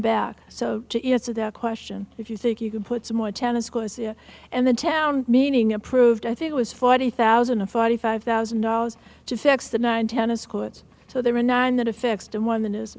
the back so to answer the question if you think you can put some more tennis courses and the town meeting approved i think it was forty thousand and forty five thousand dollars to fix the nine tennis courts so there are nine that affixed and one that is